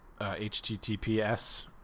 HTTPS